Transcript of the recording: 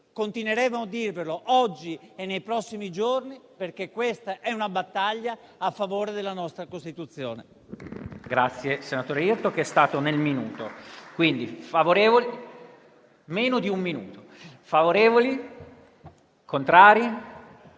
Continueremo a dirvelo oggi e nei prossimi giorni, perché questa è una battaglia a favore della nostra Costituzione.